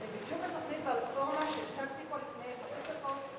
וזה בדיוק התוכנית והרפורמה שהצגתי פה לפני חמש דקות,